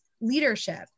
leadership